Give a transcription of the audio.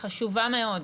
היא חשובה מאוד.